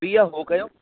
ॿी हा हो कयूं